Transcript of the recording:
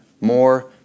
more